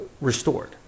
restored